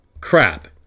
crap